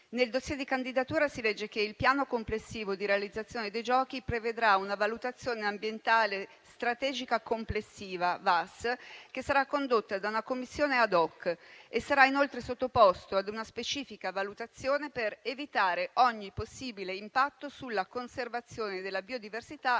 Nel *dossier* di candidatura si legge che il piano complessivo di realizzazione dei giochi prevedrà una valutazione ambientale strategica complessiva (VAS), che sarà condotta da una commissione *ad hoc*, e sarà inoltre sottoposto ad una specifica valutazione per evitare ogni possibile impatto sulla conservazione della biodiversità e